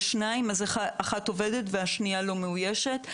יש שני תקנים, אחת עובדת והשנייה לא מאוישת.